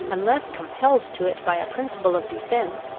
unless compelled to it by a principle of defence.